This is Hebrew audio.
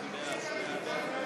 הציוני (איל בן ראובן) לסעיף תקציבי